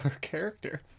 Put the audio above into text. character